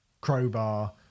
Crowbar